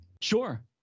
Sure